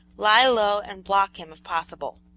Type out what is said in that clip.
lie low and block him if possible.